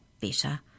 better